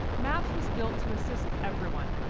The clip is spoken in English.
maps was built to assist everyone,